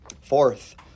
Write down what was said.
Fourth